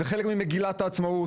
זה חלק ממגילת העצמאות.